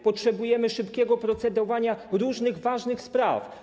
Potrzebujemy szybkiego procedowania różnych ważnych spraw.